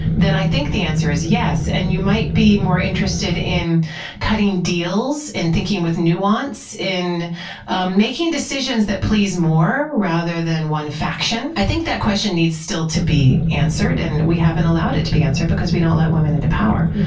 then i think the answer is yes, and you might be more interested in cutting deals, and thinking with nuance, and um making decisions that please more rather than one faction. i think that question needs still to be answered and we haven't allowed it to be answered because we don't let women into power.